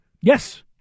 Yes